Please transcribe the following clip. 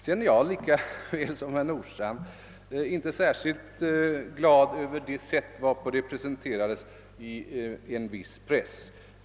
Sedan är jag lika litet som herr Nordstrandh särskilt glad över det sätt på vilket mitt yttrande presenterades i viss press.